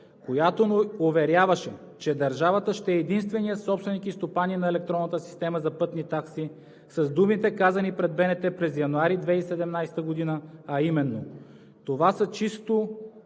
която ни уверяваше, че държавата ще е единственият собственик и стопанин на електронната система за пътни такси, с думите, казани пред БНТ през януари 2017 г., а именно: „Това са чисто,